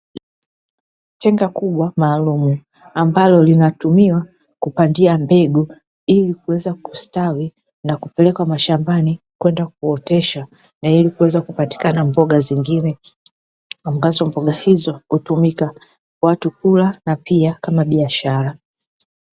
Tenga kubwa maalumu ambalo linatumiwa kupandia mbegu, ili kuweza kusitawi na kupelekwa mashambani kwenda kuotesha, na hivi kuweza kupatikana mboga zingine; ambazo mboga hizo hutumika watu kula na pia kama biashara.